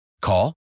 Call